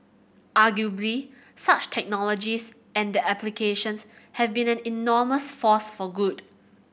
arguably such technologies and their applications have been an enormous force for good